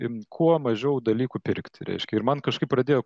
ten kuo mažiau dalykų pirkti reiškia ir man kažkaip pradėjo